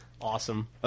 Awesome